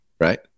right